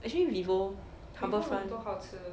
actually vivo harbour front